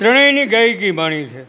ત્રણેયની ગાયકી માણી છે